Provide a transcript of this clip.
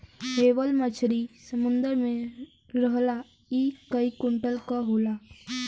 whale मछरी समुंदर में रहला इ कई कुंटल क होला